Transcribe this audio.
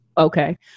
Okay